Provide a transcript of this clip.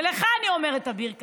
ולך אני אומרת, אביר קארה: